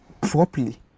properly